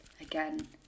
again